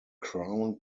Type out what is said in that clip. crown